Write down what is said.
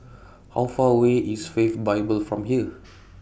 How Far away IS Faith Bible from here